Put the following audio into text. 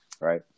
right